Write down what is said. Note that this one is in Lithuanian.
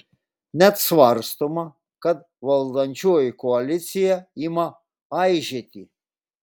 net svarstoma kad valdančioji koalicija ima aižėti